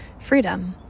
freedom